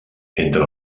entre